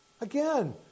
Again